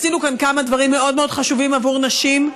עשינו כאן כמה דברים מאוד מאוד חשובים עבור נשים.